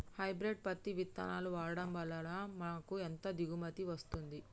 Hybrid పత్తి విత్తనాలు వాడడం వలన మాకు ఎంత దిగుమతి వస్తుంది?